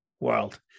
world